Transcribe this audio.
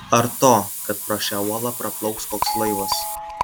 ar to kad pro šią uolą praplauks koks laivas